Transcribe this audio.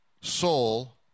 soul